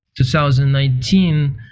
2019